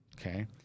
Okay